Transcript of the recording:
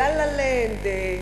"לה-לה לנד",